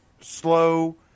slow